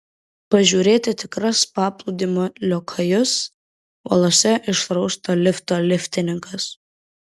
pažiūrėti tikras paplūdimio liokajus uolose išrausto lifto liftininkas